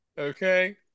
Okay